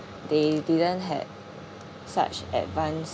they didn't had such advanced